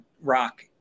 rock